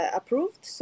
approved